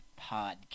podcast